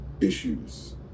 issues